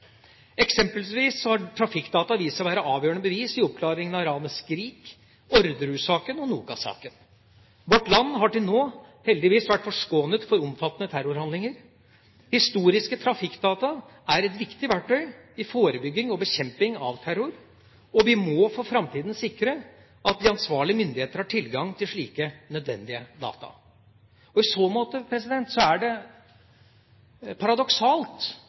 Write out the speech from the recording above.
Eksempelvis har trafikkdata vist seg å være avgjørende bevis i oppklaringen av ranet av «Skrik», Orderud-saken og Nokas-saken. Vårt land har til nå heldigvis vært forskånet for omfattende terrorhandlinger. Historiske trafikkdata er et viktig verktøy i forebygging og bekjemping av terror, og vi må for framtida sikre at de ansvarlige myndigheter har tilgang til slike nødvendige data. I så måte er det paradoksalt